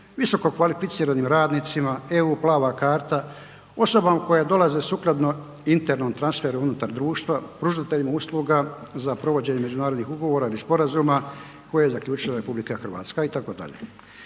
visokokvalificiranim radnicima, EU plava karta, osobama koje dolaze sukladno internom transferu unutar društva, pružateljima usluga za provođenje međunarodnih ugovora ili sporazuma koje je zaključila RH itd.